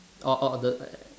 oh oh the